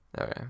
Okay